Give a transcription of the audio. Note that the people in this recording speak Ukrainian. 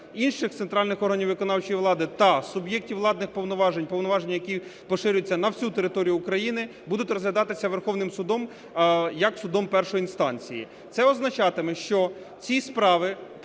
інших центральних органів виконавчої влади та суб'єктів владних повноважень, повноваження яких поширюються на всю територію України, будуть розглядатися Верховним Судом як судом першої інстанції. Це означатиме, що ці справи